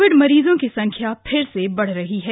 Covid मरीजों की संख्या फिर से बढ़ रही है